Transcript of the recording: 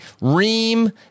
Reem